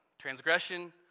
Transgression